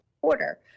Quarter